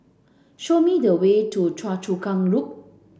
show me the way to Choa Chu Kang Loop